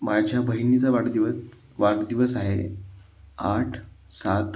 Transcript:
माझ्या बहिणीचा वाढदिवस वाढदिवस आहे आठ सात